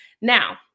Now